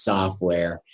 Software